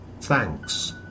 Thanks